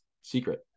secret